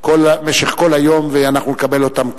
במשך כל היום, ואנחנו נקבל אותם כאן,